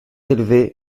élevé